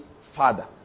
Father